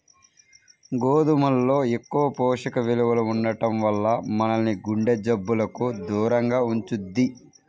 గోధుమల్లో ఎక్కువ పోషక విలువలు ఉండటం వల్ల మనల్ని గుండె జబ్బులకు దూరంగా ఉంచుద్ది